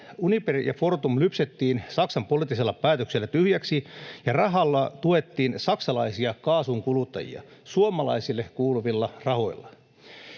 Uniper ja Fortum lypsettiin Saksan poliittisella päätöksellä tyhjäksi ja rahalla tuettiin saksalaisia kaasun kuluttajia — suomalaisille kuuluvilla rahoilla.